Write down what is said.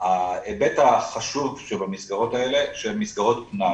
ההיבט החשוב שבמסגרות האלה שהן מסגרות פנאי,